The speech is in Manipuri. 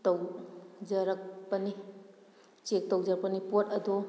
ꯇꯧ ꯖꯔꯛꯄꯅꯤ ꯆꯦꯛ ꯇꯧꯖꯔꯛꯄꯅꯤ ꯄꯣꯠ ꯑꯗꯣ